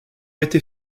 été